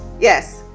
yes